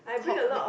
comic